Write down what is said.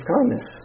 Kindness